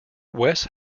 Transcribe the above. wes